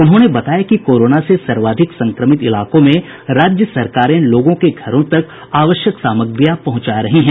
उन्होंने बताया कि कोरोना से सर्वाधिक संक्रमित इलाकों में राज्य सरकारें लोगों के घरों तक आवश्यक सामग्रियां पहुंचा रही हैं